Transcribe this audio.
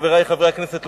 חברי חברי הכנסת,